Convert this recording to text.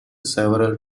several